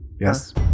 Yes